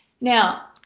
now